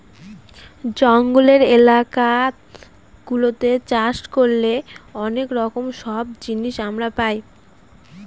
জঙ্গলের এলাকা গুলাতে চাষ করলে অনেক রকম সব জিনিস আমরা পাই